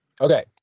Okay